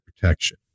protection